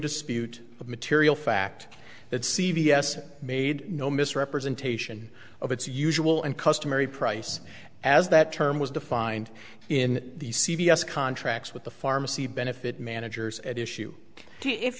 dispute of material fact that c b s made no misrepresentation of its usual and customary price as that term was defined in the c b s contract with the pharmacy benefit managers at issue if